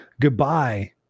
goodbye